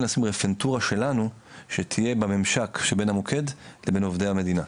לשים רפנטורה שלנו שתהיה בממשק שבין המוקד לבין עובדי המדינה,